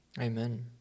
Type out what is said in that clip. Amen